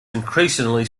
increasingly